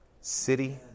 city